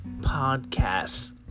podcasts